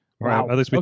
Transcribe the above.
Wow